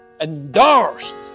endorsed